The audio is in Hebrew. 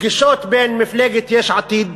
פגישות בין מפלגת יש עתיד